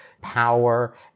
power